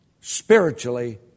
spiritually